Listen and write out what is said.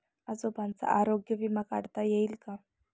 आजोबांचा आरोग्य विमा काढता येईल का?